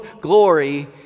glory